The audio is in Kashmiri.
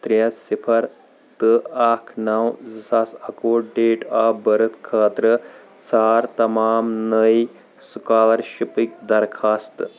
ترٛےٚ صِفر تہٕ اکھ نَو زٕ ساس اَکوُہ ڈیٹ آف بٔرٕتھ خٲطرٕ ژھار تمام نٔے سُکالرشِپٕکۍ درخوٛاست